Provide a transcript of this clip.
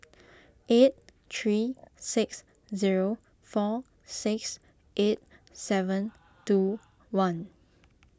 eight three six zero four six eight seven two one